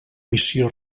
missió